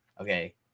Okay